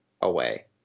away